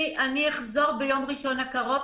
ככל הנראה אחזור ביום ראשון הקרוב.